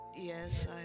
Yes